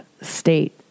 state